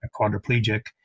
quadriplegic